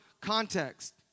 context